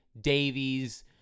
Davies